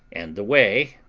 and the way,